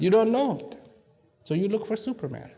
you don't know so you look for superman